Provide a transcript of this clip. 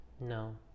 No